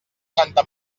santa